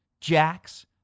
jacks